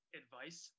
advice